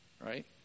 Right